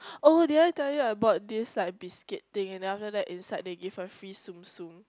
oh did I tell you I bought this like biscuit thing and then after that inside they give a Tsum-Tsum